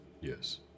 Yes